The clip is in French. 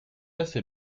assez